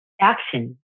action